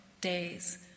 days